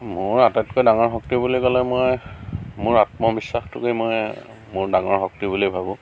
মোৰ আটাইতকৈ ডাঙৰ শক্তি বুলি ক'লে মই মোৰ আত্মবিশ্বাসটোকে মই মোৰ ডাঙৰ শক্তি বুলি ভাবোঁ